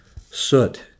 soot